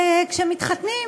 וכשמתחתנים,